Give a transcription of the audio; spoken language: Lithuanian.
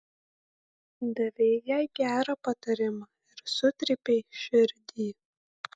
davei jai gerą patarimą ir sutrypei širdį